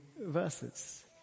verses